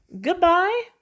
Goodbye